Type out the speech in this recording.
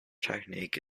technique